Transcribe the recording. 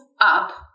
up